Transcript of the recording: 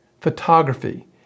photography